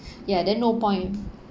ya then no point